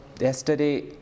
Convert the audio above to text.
yesterday